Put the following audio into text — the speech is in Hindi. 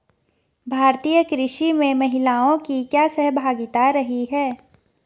भारतीय कृषि में महिलाओं की क्या सहभागिता रही है?